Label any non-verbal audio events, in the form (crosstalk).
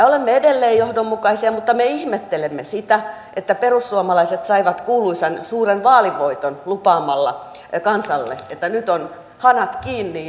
(unintelligible) olemme edelleen johdonmukaisia mutta me ihmettelemme sitä että perussuomalaiset saivat kuuluisan suuren vaalivoiton lupaamalla kansalle että nyt on hanat kiinni (unintelligible)